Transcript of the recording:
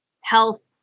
health